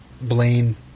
Blaine